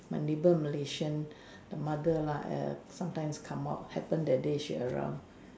my neighbour Malaysian the mother lah sometimes come up happen that day she around